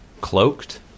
cloaked